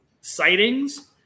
sightings